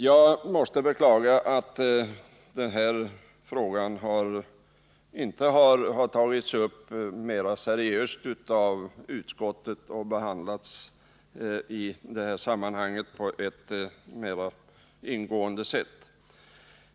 Jag måste beklaga att den här frågan inte nu har tagits upp mera seriöst av utskottet så att den kunnat behandlats på ett mer ingående sätt.